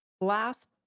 last